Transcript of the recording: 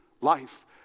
life